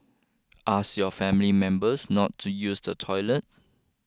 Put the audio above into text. ask your family members not to use the toilet